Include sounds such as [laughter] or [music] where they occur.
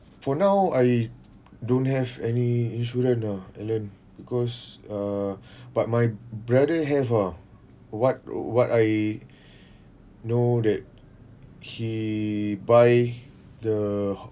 for now I don't have any insurance ah alan because err but my brother have ah what what I [breath] know that he buy the